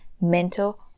mental